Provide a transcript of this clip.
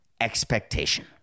expectation